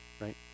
right